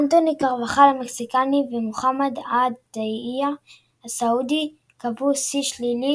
אנטוניו קרבחאל המקסיקני ומוחמד א-דעיע הסעודי קבעו שיא שלילי